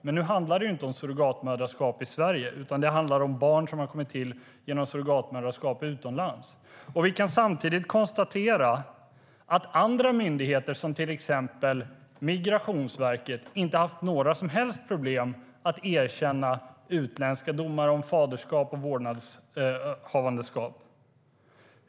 Men nu handlar det inte om surrogatmoderskap i Sverige utan om barn som har kommit till genom surrogatmoderskap utomlands. Vi kan samtidigt konstatera att andra myndigheter, som Migrationsverket, inte har haft några som helst problem med att erkänna utländska domar om faderskap och vårdnadshavare.